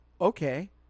okay